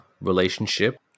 Relationship